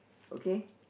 okay